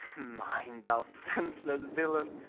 mine, thou senseless villain!